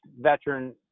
veteran